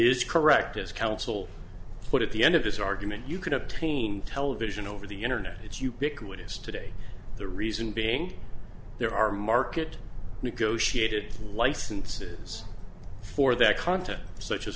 is correct as council put it the end of this argument you can obtain television over the internet it's ubiquitous today the reason being there are market negotiated licenses for that content such as